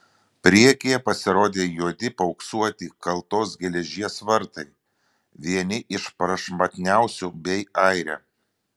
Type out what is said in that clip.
priekyje pasirodė juodi paauksuoti kaltos geležies vartai vieni iš prašmatniausių bei aire